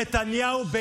נתניהו,